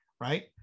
right